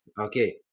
Okay